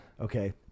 Okay